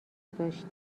داشت